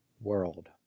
world